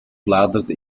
bladerde